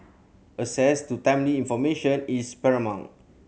access to timely information is paramount